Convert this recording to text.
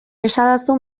esadazu